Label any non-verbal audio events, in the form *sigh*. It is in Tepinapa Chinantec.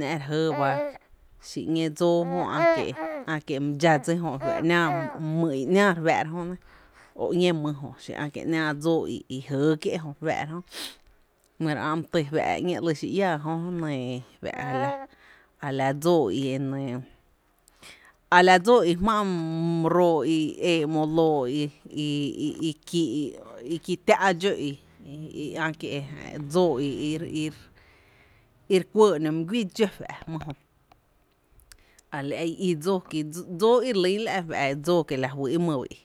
‘ná’ re jɇɇ ba xi ñéé dsóó jö ä’ kie´my dxá dsi jö e fa’ ‘náá my i ‘náá re fⱥⱥ’ra jö nɇ o ñee mý xi ä’ kie’ ´náá dso i i jɇɇ kie’ re fⱥⱥ’ ra jö, nɇ ro ä’ my tý fⱥ’ ñee ‘li xi iää jö e nɇɇ fⱥ’ a la dsoo i e nɇ *hesitation* a la dsóó i jmá’ my roo i e ‘mo lóo i i kii’ tⱥ’ dxó i ä’ kie’ dsoo i ir *hesitation* iri kuɇɇ ‘no mý guii dxó fⱥ’ jmý jö a la i i dsóó, kí dsóó i re lyn la’ fⱥ’ dsoo kien la fý’ my ba i